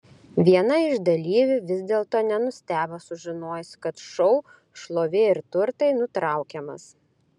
viena iš dalyvių vis dėlto nenustebo sužinojusi kad šou šlovė ir turtai nutraukiamas